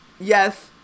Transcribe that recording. yes